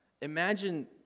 Imagine